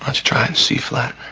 let's try and see. flat.